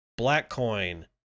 Blackcoin